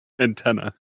Antenna